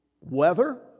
weather